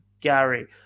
Gary